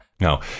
No